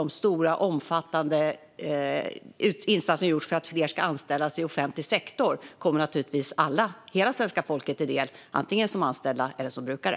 De stora och omfattande insatser vi har gjort för att fler ska anställas i offentlig sektor kommer dessutom alla, hela svenska folket, till del, antingen som anställda eller som brukare.